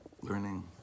learning